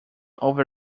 over